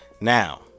now